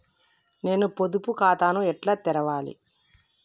నేను పొదుపు ఖాతాను ఎట్లా తెరవాలి?